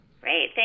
Great